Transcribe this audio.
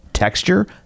Texture